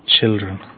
children